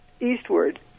eastward